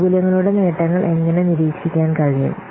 ആനുകൂല്യങ്ങളുടെ നേട്ടങ്ങൾ എങ്ങനെ നിരീക്ഷിക്കാൻ കഴിയും